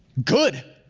good,